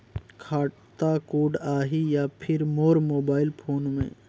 खाता कोड आही या फिर मोर मोबाइल फोन मे?